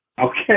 Okay